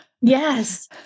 Yes